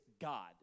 God